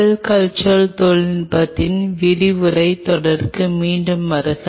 செல் culture தொழில்நுட்பத்தில் விரிவுரைத் தொடருக்கு மீண்டும் வருக